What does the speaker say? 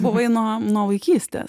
buvai nuo nuo vaikystės